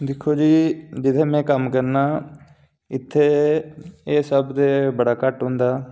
दिक्खो जी जित्थै में कम्म करना इत्थै एह् सब ते बड़ा घट्ट होंदा